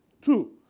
Two